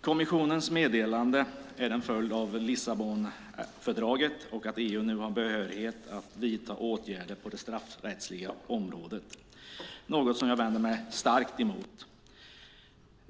Kommissionens meddelande är en följd av Lissabonfördraget och av att EU nu har behörighet att vidta åtgärder på det straffrättsliga området, något som jag vänder mig starkt emot.